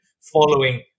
following